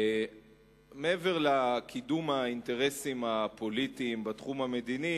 מעבר לקידום האינטרסים הפוליטיים בתחום המדיני,